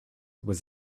was